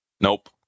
Nope